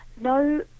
no